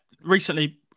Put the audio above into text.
recently